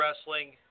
wrestling